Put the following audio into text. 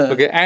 Okay